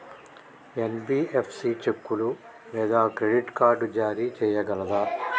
NBFC చెక్కులు లేదా credit card జారీ చేయగలదా?